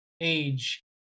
age